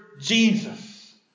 Jesus